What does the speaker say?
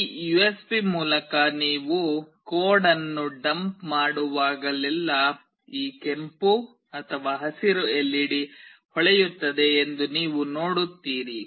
ಈ ಯುಎಸ್ಬಿ ಮೂಲಕ ನೀವು ಕೋಡ್ ಅನ್ನು ಡಂಪ್ ಮಾಡುವಾಗಲೆಲ್ಲಾ ಈ ಕೆಂಪು ಹಸಿರು ಎಲ್ಇಡಿ ಹೊಳೆಯುತ್ತದೆ ಎಂದು ನೀವು ನೋಡುತ್ತೀರಿ